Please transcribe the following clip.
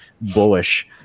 bullish